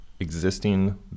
existing